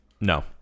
no